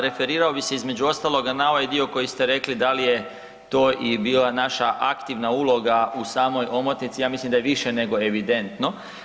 Referirao bi se između ostaloga na ovaj dio koji ste rekli da li je to i bila naša aktivna uloga u samoj omotnici, ja mislim da je više nego evidentno.